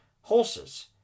Horses